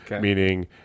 Meaning